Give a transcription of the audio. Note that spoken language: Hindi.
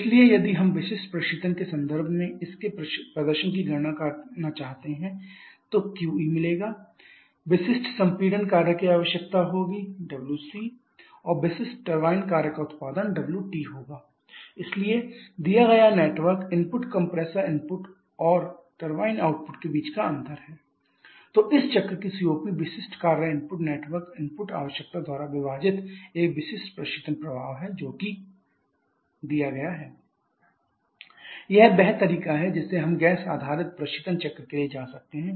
इसलिए यदि हम विशिष्ट प्रशीतन के संदर्भ में इसके प्रदर्शन की गणना करना चाहते हैं qEh1 h4 विशिष्ट संपीड़न कार्य की आवश्यकता होगी wCh2 h1 और विशिष्ट टरबाइन काम उत्पादन होगा wTh3 h4 इसलिए दिया गया नेटवर्क इनपुट कंप्रेसर इनपुट और टरबाइन आउटपुट के बीच का अंतर है wnet inwC wT h2 h1 h3 h4 तो इस चक्र की COP विशिष्ट कार्य इनपुट नेटवर्क इनपुट आवश्यकता द्वारा विभाजित एक विशिष्ट प्रशीतन प्रभाव है जो है COPqEwnetinh1 h4h2 h1 h3 h4 यह वह तरीका है जिससे हम गैस आधारित प्रशीतन चक्र के लिए जा सकते हैं